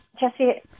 Jesse